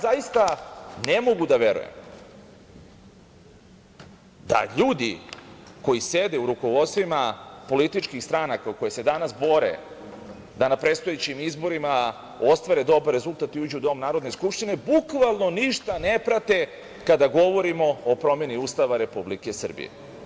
Zaista ne mogu da verujem da ljudi koji sede u rukovodstvima političkih stranaka u kojoj se danas bore da na predstojećim izborima ostvare dobar rezultat i uđu u dom Narodne skupštine, bukvalno ništa ne prate kada govorimo o promeni Ustava Republike Srbije.